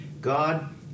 God